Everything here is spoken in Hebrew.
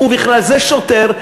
ובכלל זה שוטר,